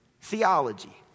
theology